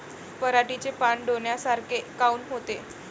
पराटीचे पानं डोन्यासारखे काऊन होते?